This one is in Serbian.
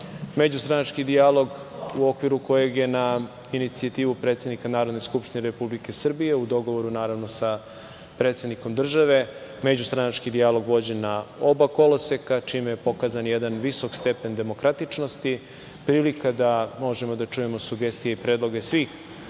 međustranački dijalog u okviru kojeg je na inicijativu predsednika Narodne skupštine Republike Srbije, u dogovoru naravno sa predsednikom države, međustranački dijalog vođen na oba koloseka, čime je pokazan jedan visok stepen demokratičnosti, prilika da možemo da čujemo sugestije i predloge svih